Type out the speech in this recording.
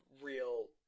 real